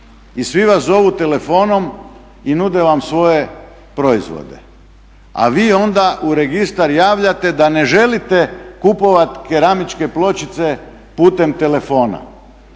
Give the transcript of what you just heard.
i svi vas zovu telefonom i nude vam svoje proizvode, a vi onda u registar javljate da ne želite kupovati keramičke pločice putem telefona.